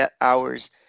hours